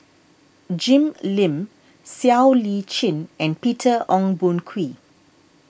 Jim Lim Siow Lee Chin and Peter Ong Boon Kwee